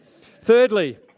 Thirdly